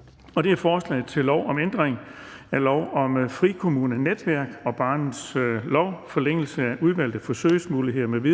L 63: Forslag til lov om ændring af lov om frikommunenetværk og barnets lov. (Forlængelse af udvalgte forsøgsmuligheder m.v.